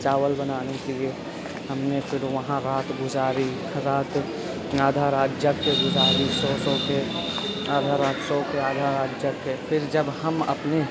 چاول بنانے کے لیے ہم نے پھر وہاں رات گزاری رات آدھا رات جگ کے گزاری سو سو کے آدھا رات سو کے آدھا رات جگ کے پھر جب ہم اپنی